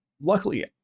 luckily